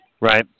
Right